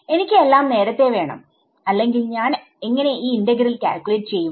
എനിക്ക് എല്ലാം നേരത്തെ വേണം അല്ലെങ്കിൽ ഞാൻ എങ്ങനെ ഈ ഇന്റഗ്രൽ കാൽക്യൂലേറ്റ് ചെയ്യും